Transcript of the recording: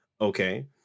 okay